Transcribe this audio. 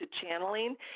channeling